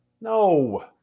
No